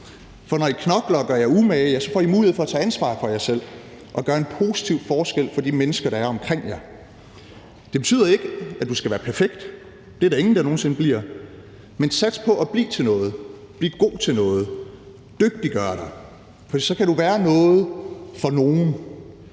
for når I knokler og gør jer umage, ja, så får I mulighed at tage ansvar for jer selv og gøre en positiv forskel for de mennesker, der er omkring jer. Det betyder ikke, at du skal være perfekt, det er der ingen, der nogen sinde bliver, men sats på at blive til noget, blive god til noget, dygtiggør dig, for så kan du være noget for nogen,